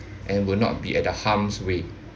and will not be at the harm's way